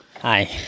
Hi